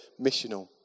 missional